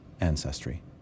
ancestry